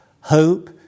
hope